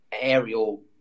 aerial